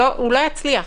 הוא לא יצליח.